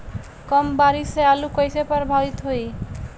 कम बारिस से आलू कइसे प्रभावित होयी?